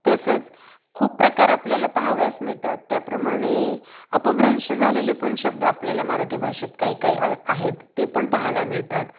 तसंच खूप प्रकार आपल्याला पाहावयास मिळतात त्याप्रमाणे अपभ्रंश झालेले पण शब्द आपल्याला मराठी भाषेत काही काही आहेत ते पण पाहायला मिळतात